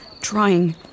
trying